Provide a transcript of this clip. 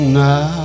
now